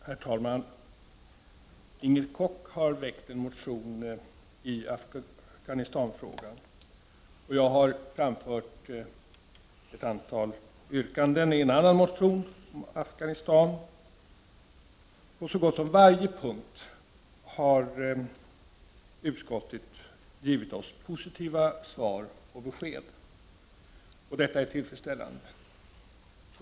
Herr talman! Inger Koch har väckt en motion i Afghanistanfrågan, och jag har framfört ett antal yrkanden i en annan motion om Afghanistan. På så gott som varje punkt har utskottet givit oss positiva svar och besked. Detta är tillfredsställande.